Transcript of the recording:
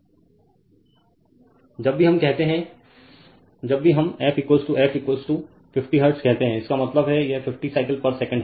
Refer Slide Time 1550 जब भी हम कहते हैं जब भी हम f f 50 हर्ट्ज़ कहते हैं इसका मतलब है यह 50 साइकिल पर सेकंड है